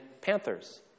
panthers